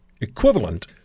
equivalent